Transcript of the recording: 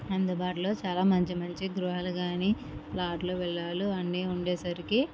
అందుబాటులో చాలా మంచి మంచి గృహాలు కానీ ప్లాట్లు విల్లాలు అన్ని ఉండేసరికి